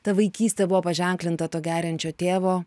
ta vaikystė buvo paženklinta to geriančio tėvo